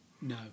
No